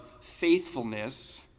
faithfulness